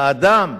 האדם.